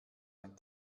ein